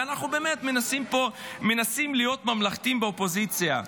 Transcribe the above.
ואנחנו באמת מנסים להיות ממלכתיים באופוזיציה.